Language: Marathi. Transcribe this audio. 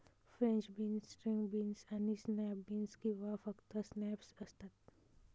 फ्रेंच बीन्स, स्ट्रिंग बीन्स आणि स्नॅप बीन्स किंवा फक्त स्नॅप्स असतात